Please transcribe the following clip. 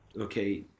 okay